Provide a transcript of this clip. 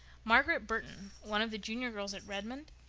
margaret burton, one of the junior girls at redmond,